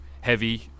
heavy